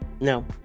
No